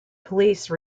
police